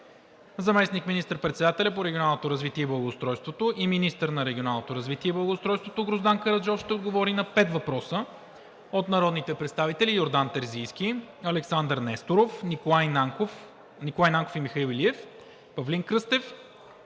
Заместник министър-председателят по регионалното развитие и благоустройството и министър на регионалното развитие и благоустройството Гроздан Караджов ще отговори на пет въпроса от народните представители Йордан Терзийски; Александър Несторов; Николай Нанков и Михаил Илиев; Павлин Кръстев;